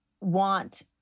want